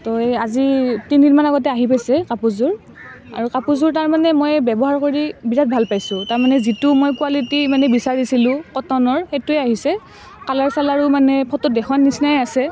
তো এই আজি তিনি দিনমানৰ আগতে আহি পাইছে কাপোৰযোৰ আৰু কাপোৰযোৰ তাৰমানে মই ব্যৱহাৰ কৰি বিৰাট ভাল পাইছোঁ তাৰমানে যিটো মই কোৱালিটি মানে বিচাৰিছিলোঁ কটনৰ সেইটোৱে আহিছে কালাৰ চালাৰো মানে ফটোত দেখুওৱাৰ নিচিনাই আছে